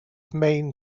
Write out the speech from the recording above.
main